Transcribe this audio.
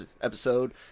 episode